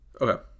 Okay